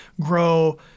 grow